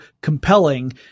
compelling